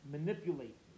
Manipulate